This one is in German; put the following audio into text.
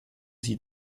sie